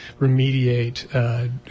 remediate